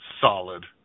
Solid